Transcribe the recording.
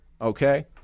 Okay